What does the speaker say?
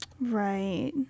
Right